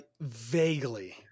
vaguely